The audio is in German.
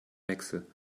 wechsel